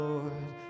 Lord